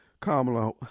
Kamala